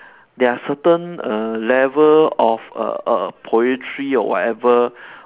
there are certain err level of err err poetry or whatever